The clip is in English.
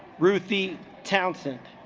ruthie townsend